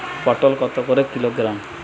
পটল কত করে কিলোগ্রাম?